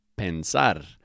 pensar